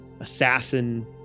assassin